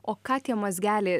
o ką tie mazgeliai